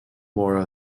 mora